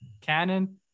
canon